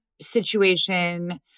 situation